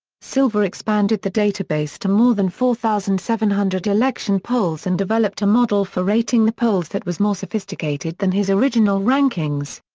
silver expanded the database to more than four thousand seven hundred election polls and developed a model for rating the polls that was more sophisticated than his original rankings.